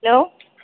hello